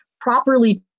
properly